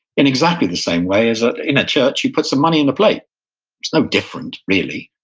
in exactly the same way as ah in a church you put some money in a plate. it's no different really,